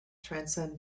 transcend